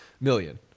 million